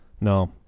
No